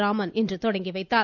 ராமன் தொடங்கி வைத்தார்